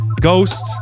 ghost